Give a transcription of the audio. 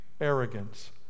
arrogance